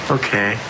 okay